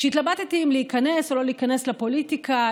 כשהתלבטתי אם להיכנס או לא להיכנס לפוליטיקה,